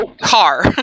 car